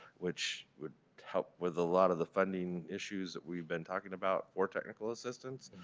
which would help with a lot of the funding issues we have been talking about for technical assistance.